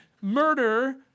murder